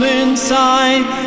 inside